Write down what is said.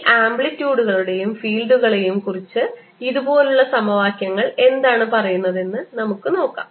ഈ ആംപ്ലിറ്റ്യൂഡുകളെയും ഫീൽഡുകളെയും കുറിച്ച് ഇതുപോലുള്ള സമവാക്യങ്ങൾ എന്താണ് പറയുന്നതെന്ന് നമുക്ക് നോക്കാം